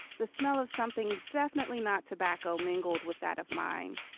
the smell of something definitely not tobacco mingled with that of mine.